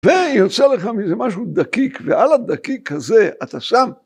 ויוצא לך מזה משהו דקיק, ועל הדקיק הזה, אתה שם.